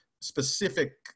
specific